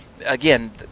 again